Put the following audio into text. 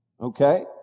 Okay